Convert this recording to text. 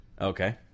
Okay